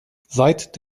seit